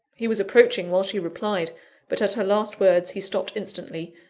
he was approaching while she replied but at her last words, he stopped instantly,